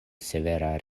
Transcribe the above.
severa